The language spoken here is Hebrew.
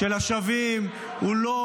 של השבים הוא לא